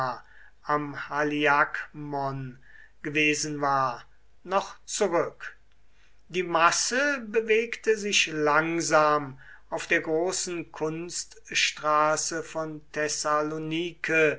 am haliakmon gewesen war noch zurück die masse bewegte sich langsam auf der großen kunststraße von thessalonike